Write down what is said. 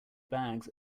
bags